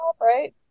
right